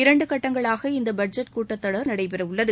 இரண்டு கட்டங்களாக இந்த பட்ஜெட் கூட்டத் தொடர் நடைபெறவுள்ளது